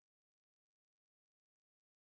I'm afraid of ghost most